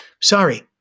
Sorry